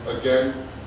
again